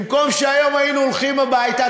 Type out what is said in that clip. במקום שהיום היינו הולכים הביתה,